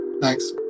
Thanks